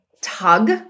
tug